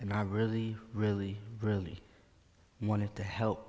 and i really really really wanted to help